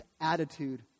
attitude